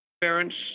parents